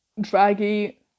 draggy